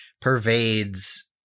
pervades